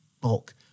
bulk